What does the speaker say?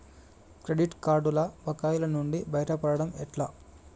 Credit కార్డుల బకాయిల నుండి బయటపడటం ఎట్లా?